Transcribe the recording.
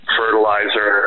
fertilizer